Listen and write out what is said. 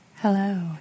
Hello